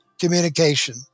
communication